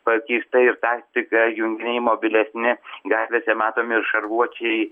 pakeista ir taktika junginiai mobilesni gatvėse matomi šarvuočiai